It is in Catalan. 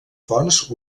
fonts